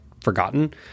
forgotten